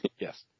Yes